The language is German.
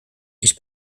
ich